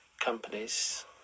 companies